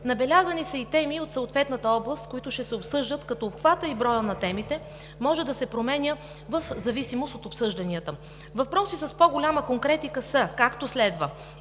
Набелязани са и теми от съответната област, които ще се обсъждат, като обхватът и броят на темите може да се променя в зависимост от обсъжданията. Въпросите с по-голяма конкретика са както следва: